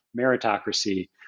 meritocracy